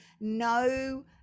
no